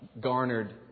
garnered